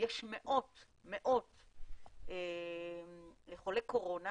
יש מאות מאות חולי קורונה